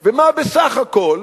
ומה בסך הכול